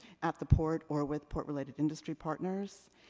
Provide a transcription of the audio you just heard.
at the port or with port-related industry partners.